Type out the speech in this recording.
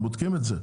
הם בודקים את זה.